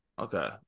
Okay